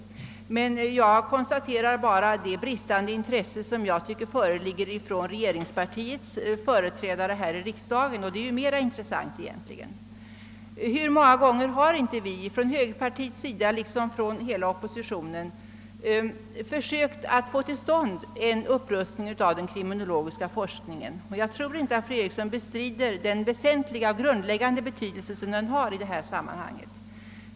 Jag konstaterar bara det bristande intresse, om jag tycker föreligger från regeringspartiets företrädare här i riksdagen, och det är egentligen mer intressant. Hur många gånger har vi inte från högerpartiets sida liksom från hela oppositionen försökt få till stånd en upprustning av den kriminologiska forskningen? Jag tror inte att fru Eriksson vill bestrida den väsentliga och grundläggande betydelse som denna forskning har i detta sammanhang.